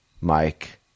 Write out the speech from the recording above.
Mike